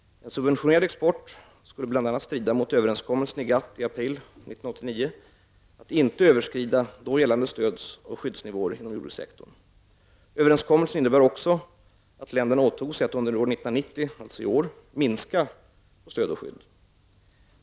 En subventionerad export skulle bl.a. strida mot överenskommelsen i GATT i april 1989 att inte överskrida då gällande stöd och skyddsnivåer inom jordbrukssektorn. Överenskommelsen innebär också att länderna åtog sig att under år 1990, alltså i år, minska stöd och skydd.